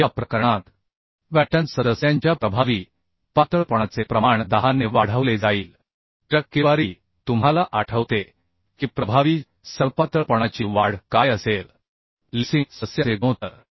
या प्रकरणात बॅटन सदस्यांच्या प्रभावी स्लेन्डरनेसचे प्रमाण 10 ने वाढवले जाईल टक्केवारी तुम्हाला आठवते की लेसिंग सदस्याचे प्रभावी स्लेन्डरनेस गुणोत्तर काय असेल